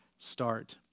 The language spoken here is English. Start